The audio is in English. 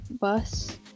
bus